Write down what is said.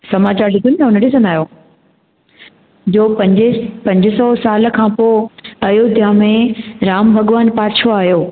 समाचारु ॾिसंदा आहियो न ॾिसंदा आहियो जो पंजे पंज सौ साल खां पोइ अयोध्या में राम भॻिवानु पाछो आहियो